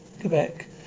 Quebec